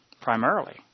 primarily